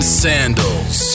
sandals